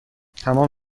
تمام